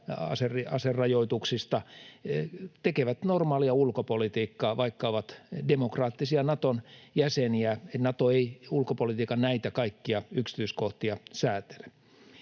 aserajoituksista, tekevät normaalia ulkopolitiikkaa, vaikka ovat demokraattisia Naton jäseniä. Nato ei näitä kaikkia ulkopolitiikan yksityiskohtia säätele.